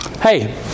hey